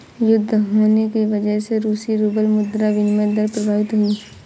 युद्ध होने की वजह से रूसी रूबल मुद्रा विनिमय दर प्रभावित हुई